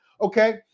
okay